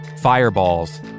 Fireballs